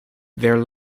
their